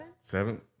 seven